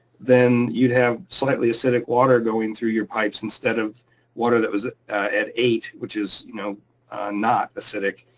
then you'd have slightly acidic water going through your pipes instead of water that was at eight, which is you know not acidic,